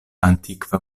antikva